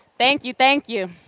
thank you, thank you.